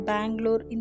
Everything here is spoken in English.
Bangalore